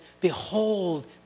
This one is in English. behold